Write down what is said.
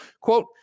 Quote